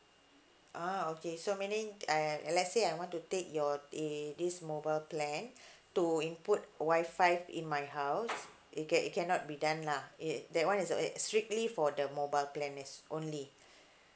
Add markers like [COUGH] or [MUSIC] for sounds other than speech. ah okay so meaning I I let's say I want to take your a this mobile plan [BREATH] to input wi fi in my house it ca~ it cannot be done lah it that one is a strictly for the mobile plan is only [BREATH]